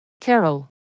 Carol